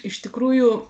iš tikrųjų